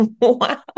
Wow